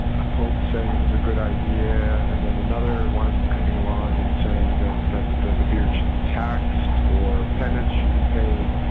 and a pope saying it was a good idea, and then another one coming along and saying that that the the beard should be taxed or penance should be paid,